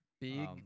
Big